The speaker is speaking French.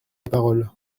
parole